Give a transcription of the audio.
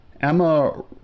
Emma